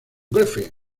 griffith